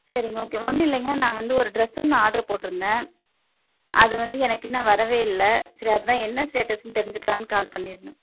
சரிங்க ஓகே ஒன்றும் இல்லைங்க நான் வந்து ஒரு ட்ரெஸ் ஒன்று ஆட்ரு போட்டிருந்தேன் அது வந்து எனக்கு இன்னும் வரவே இல்லை சரி அதுதான் என்ன ஸ்டேட்டஸ்னு தெரிஞ்சுக்கிலான்னு கால் பண்ணியிருந்தேன்